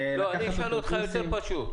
אשאל אותך באופן יותר פשוט: